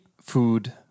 food